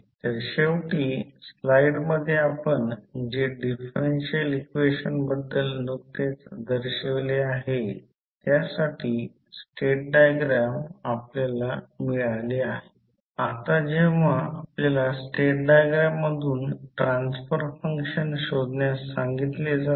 तर M नंतर K पर्यंत या गोष्टीपर्यंत मी दाखवत आहे मी सुचवतो कृपया ते सोडवा डॉट कन्व्हेन्शन दिले आहे करंट डॉटमध्ये प्रवेश करत आहे करंट डॉटपासून दूर जात आहे याचा अर्थ समान प्रॉब्लेम पूर्वीसुद्धा दाखविला होता